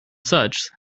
such